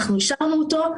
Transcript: אנחנו אישרנו אותו.